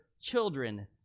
children